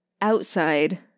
Outside